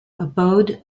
abode